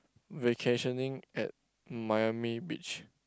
vacationing at Miami beach